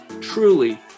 truly